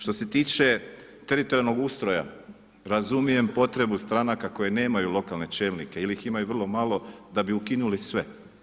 Što se tiče teritorijalnog ustroja, razumijem potrebu stranaka koje nemaju lokalne čelnike ili ih imaju vrlo malo, da bi ukinuli sve.